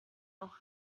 auch